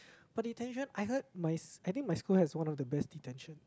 but detention I heard my I think my school has one of the best detention